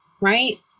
right